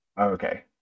Okay